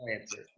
answer